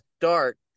start